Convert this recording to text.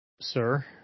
sir